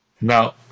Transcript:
Now